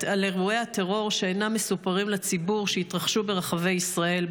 על אירועי הטרור שאינם מסופרים לציבור שהתרחשו ברחבי ישראל,